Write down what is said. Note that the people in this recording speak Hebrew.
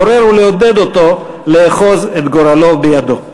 לעורר ולעודד אותו לאחוז את גורלו בידו.